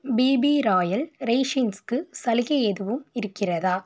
BP Royal ரெய்சின்ஸுக்கு சலுகை எதுவும் இருக்கிறதா